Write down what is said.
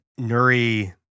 Nuri